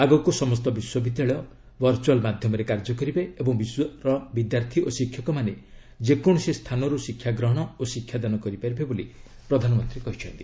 ଆଗକୁ ସମସ୍ତ ବିଶ୍ୱବିଦ୍ୟାଳୟ ଭର୍ଚୁଆଲ୍ ମାଧ୍ୟମରେ କାର୍ଯ୍ୟ କରିବେ ଏବଂ ବିଶ୍ୱର ବିଦ୍ୟାର୍ଥୀ ଓ ଶିକ୍ଷକମାନେ ଯେକୌଣସି ସ୍ଥାନରୁ ଶିକ୍ଷାଗ୍ରହଣ ଓ ଶିକ୍ଷାଦାନ କରିପାରିବେ ବୋଲି ପ୍ରଧାନମନ୍ତ୍ରୀ କହିଛନ୍ତି